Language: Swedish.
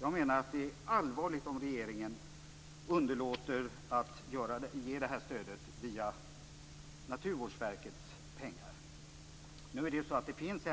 Jag menar att det är allvarligt om regeringen underlåter att ge detta stöd via Naturvårdsverkets budget. Det finns